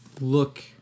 look